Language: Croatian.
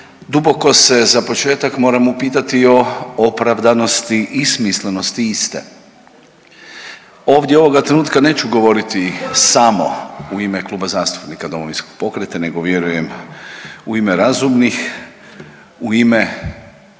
duboko se za početak moram upitati o opravdanosti i smislenosti iste. Ovdje ovoga trenutka neću govoriti samo u ime Kluba zastupnika Domovinskog pokreta nego vjerujem u ime razumnih, u ime